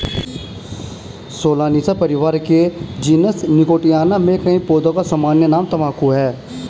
Solanaceae परिवार के genus Nicotiana में कई पौधों का सामान्य नाम तंबाकू है